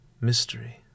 mystery